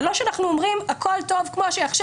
זה לא שאנחנו אומרים: "הכל טוב כמו שהוא עכשיו;